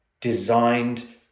designed